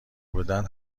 بودن